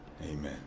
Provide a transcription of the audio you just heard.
Amen